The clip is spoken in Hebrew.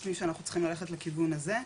חושבים שאנחנו צריכים ללכת לכיוון הזה.